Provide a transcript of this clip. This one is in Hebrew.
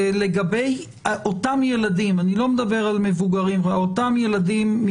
לגבי אותם ילדים אני לא מדבר על מבוגרים מבחינתכם,